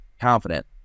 confident